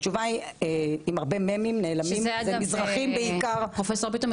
התשובה לכך עם הרבה ממים נעלמים היא מזרחים בעיקר --- פרופסור ביטון,